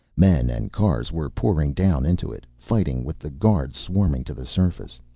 men and cars were pouring down into it, fighting with the guards swarming to the surface.